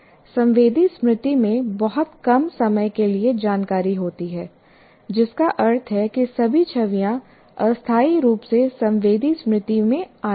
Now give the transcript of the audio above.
संवेदी स्मृति में बहुत कम समय के लिए जानकारी होती है जिसका अर्थ है कि सभी छवियां अस्थायी रूप से संवेदी स्मृति में आती हैं